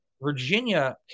Virginia